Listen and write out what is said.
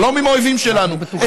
שלום עם האויבים שלנו,